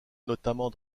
notamment